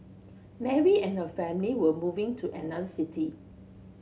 Mary and her family were moving to another city